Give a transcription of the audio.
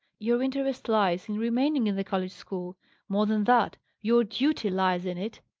your interest lies in remaining in the college school more than that, your duty lies in it.